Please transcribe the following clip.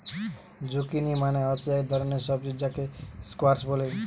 zucchini মানে হচ্ছে এক ধরণের সবজি যাকে স্কোয়াস বলে